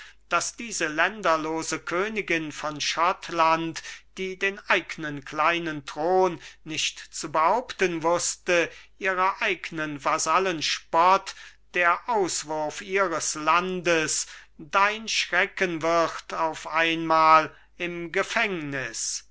daß diese länderlose königin von schottland die den eignen kleinen thron nicht zu behaupten wußte ihrer eignen vasallen spott der auswurf ihres landes dein schrecken wird auf einmal im gefängnis